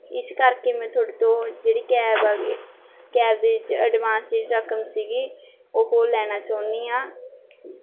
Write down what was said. ਇਸ ਕਰਕੇ ਮੈਂ ਤੁਹਾਡੇ ਤੋਂ ਜਿਹੜੀ ਕੈਬ ਆ ਗਈ ਕੈਬ ਦੇ ਵਿੱਚ ਐਡਵਾਂਸ ਜਿਹੜੀ ਰਕਮ ਸੀਗੀ ਉਹ ਲੈਣਾ ਚਾਹੁੰਦੀ ਹਾਂ